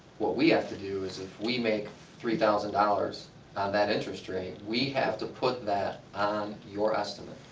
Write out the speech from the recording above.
what we have to do is if we make three thousand dollars on that interest rate we have to put that on your estimate,